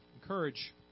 Encourage